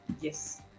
yes